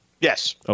Yes